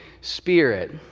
Spirit